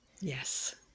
Yes